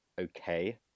okay